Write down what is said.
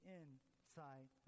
inside